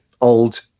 old